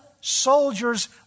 soldiers